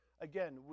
again